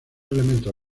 elementos